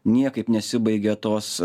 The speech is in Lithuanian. niekaip nesibaigia tos